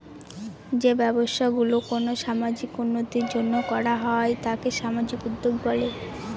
যে ব্যবসা গুলো কোনো সামাজিক উন্নতির জন্য করা হয় তাকে সামাজিক উদ্যক্তা বলে